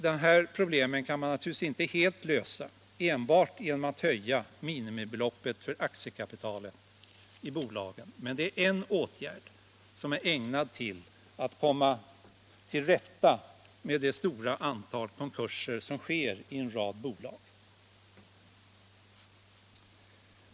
Dessa problem kan man naturligtvis inte helt lösa enbart genom att höja minimibeloppet för aktiekapitalet i bolagen, men det är en åtgärd som är ägnad att komma till rätta med de konkurser som sker i en lång rad bolag.